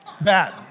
Bad